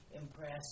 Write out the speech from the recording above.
impressed